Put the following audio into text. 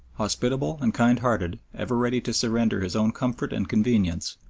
hospitable and kindhearted, ever ready to surrender his own comfort and convenience,